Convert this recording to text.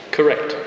Correct